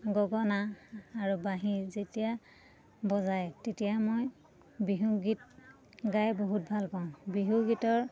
গগনা আৰু বাঁহী যেতিয়া বজায় তেতিয়া মই বিহু গীত গাই বহুত ভাল পাওঁ বিহু গীতৰ